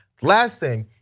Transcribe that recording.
last thing,